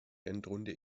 endrunde